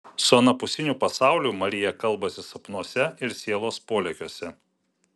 su anapusiniu pasauliu marija kalbasi sapnuose ir sielos polėkiuose